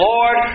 Lord